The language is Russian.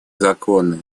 законы